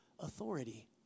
authority